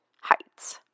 heights